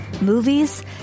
movies